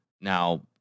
Now